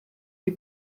die